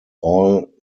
all